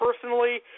personally